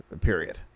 period